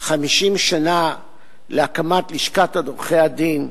50 שנה להקמת לשכת עורכי-הדין,